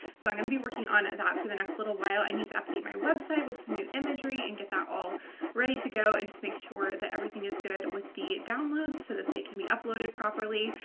so i'm going to be working on that for the next little while. i need to update my website with some new imagery and get that all ready to go and just make sure that everything is good with the downloads that they can be uploaded properly.